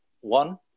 One